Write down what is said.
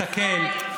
משפט סיכום,